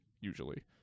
usually